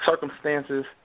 circumstances